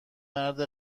مرد